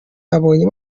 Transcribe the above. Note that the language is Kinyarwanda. abonye